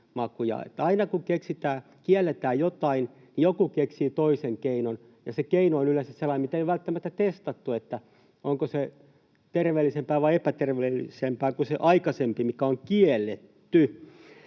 aina kun kielletään jotain, niin joku keksii toisen keinon, ja se keino on yleensä sellainen, mistä ei ole välttämättä testattu, onko se terveellisempää vai epäterveellisempää kuin se aikaisempi, mikä on kielletty.